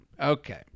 Okay